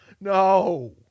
no